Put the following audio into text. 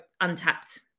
Untapped